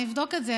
אני אבדוק את זה,